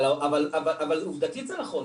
אבל עובדתית זה נכון,